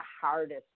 hardest